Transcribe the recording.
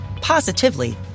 positively